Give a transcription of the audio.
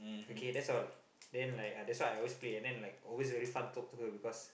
okay that's all then like ah that's why I always play and then like always very fun talk to her because